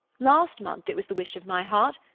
last month it was the wish of my heart.